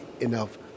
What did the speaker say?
enough